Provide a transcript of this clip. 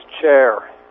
chair